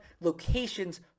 locations